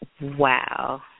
Wow